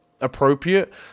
appropriate